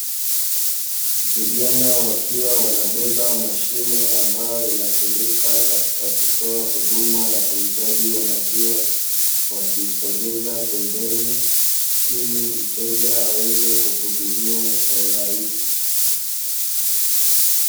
Vijana wakiwa wanabeba mashine ambayo inatumika katika kutoa huduma ya uuzaji wa maziwa, wakiisogeza pembeni, ili mteja haweze kuhudumiwa kwa hurahisi.